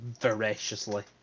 voraciously